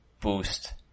boost